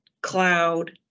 cloud